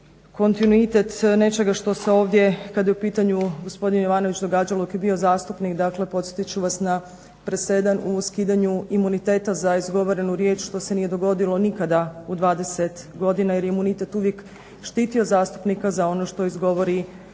kontinuitet nečega što se ovdje kad je u pitanju gospodin Jovanović događalo i dok je bio zastupnik. Dakle podsjetit ću vas na presedan u skidanju imuniteta za izgovorenu riječ što se nije dogodilo nikada u 20 godina jer je imunitet uvijek štitio zastupnika za ono što izgovori za